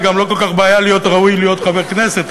וגם לא כל כך בעיה להיות ראוי להיות חבר כנסת.